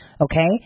okay